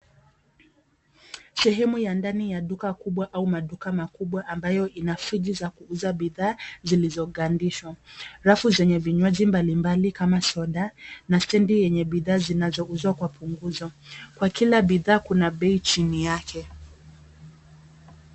sehemu ya ndani ya duka kubwa au maduka makubwa ambayo zina Friji za bidhaa zilizokandishwa. Rafu zenye vinyaji mbalimbali kama soda na stendi zenye bidhaa zinazouzwa kwa punguzo kwa kila bidhaa kuna bei chini yake.